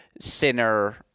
sinner